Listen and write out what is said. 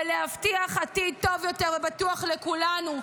ולהבטיח עתיד טוב יותר ובטוח לכולנו.